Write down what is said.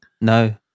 No